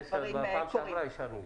הדברים קורים.